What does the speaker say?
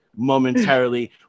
momentarily